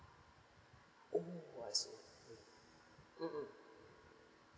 oh I see mm mm mm